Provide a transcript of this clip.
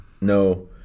No